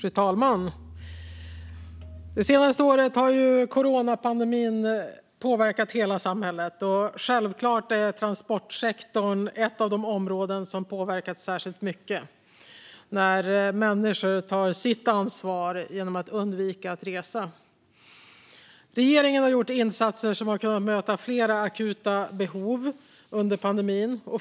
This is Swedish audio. Fru talman! Det senaste året har coronapandemin påverkat hela samhället. Självklart är transportsektorn ett av de områden som påverkas särskilt mycket när människor tar ansvar genom att undvika att resa. Regeringen har gjort insatser som har kunnat möta flera akuta behov under pandemin.